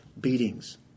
Beatings